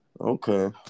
Okay